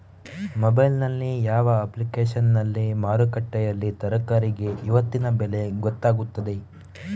Mobile ನಲ್ಲಿ ಯಾವ ಅಪ್ಲಿಕೇಶನ್ನಲ್ಲಿ ಮಾರುಕಟ್ಟೆಯಲ್ಲಿ ತರಕಾರಿಗೆ ಇವತ್ತಿನ ಬೆಲೆ ಗೊತ್ತಾಗುತ್ತದೆ?